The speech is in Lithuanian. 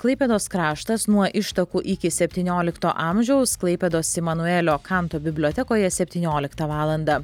klaipėdos kraštas nuo ištakų iki septyniolikto amžiaus klaipėdos imanuelio kanto bibliotekoje septynioliktą valandą